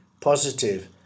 positive